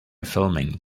filming